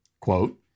Quote